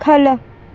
ख'ल्ल